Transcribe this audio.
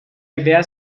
idea